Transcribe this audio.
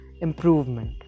improvement